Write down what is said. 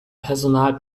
personal